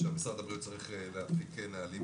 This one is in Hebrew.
שמשרד הבריאות צריך להנפיק נהלים,